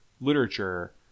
literature